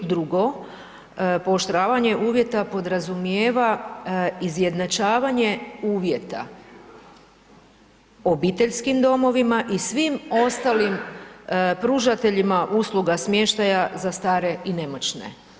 Drugo, pooštravanje uvjeta podrazumijeva izjednačavanje uvjeta obiteljskim domovima i svim ostalim pružateljima usluga smještaja za stare i nemoćne.